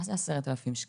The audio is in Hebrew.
מה זה 10,000 ₪?